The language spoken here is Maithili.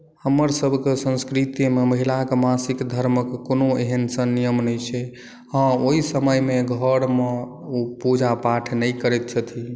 हमरसभक संस्कृतिमे महिलाक मासिक धर्मक कोनो एहन सन नियम नहि छै हँ ओहि समयमे घरमे ओ पूजा पाठ नहि करैत छथिन